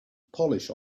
polish